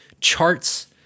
charts